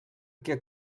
què